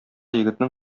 егетнең